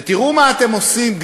ותראו מה אתם עושים,